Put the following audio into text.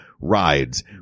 rides